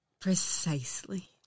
precisely